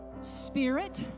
spirit